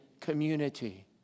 community